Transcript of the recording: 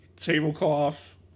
tablecloth